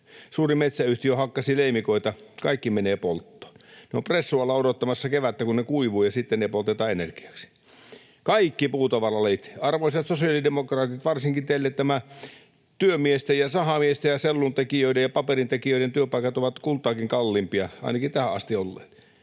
suuri metsäyhtiö hakkasi leimikoita kesämökkini vierestä. Kaikki menee polttoon. Ne ovat pressulla odottamassa kevättä, kun ne kuivuvat, ja sitten ne poltetaan energiaksi, kaikki puutavaralajit. Arvoisat sosiaalidemokraatit, varsinkin teille työmiesten, sahamiesten, selluntekijöiden ja paperintekijöiden työpaikat ovat kultaakin kalliimpia, ainakin tähän asti ovat